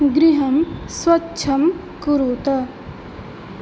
गृहं स्वच्छं कुरूत